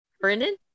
Brendan